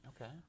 Okay